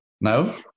No